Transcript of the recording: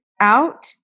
out